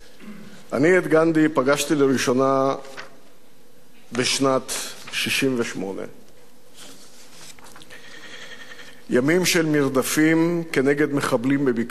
אני את גנדי פגשתי לראשונה בשנת 1968. ימים של מרדפים כנגד מחבלים בבקעת-הירדן.